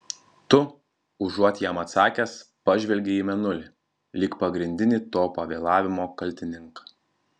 tu užuot jam atsakęs pažvelgei į mėnulį lyg pagrindinį to pavėlavimo kaltininką